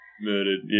murdered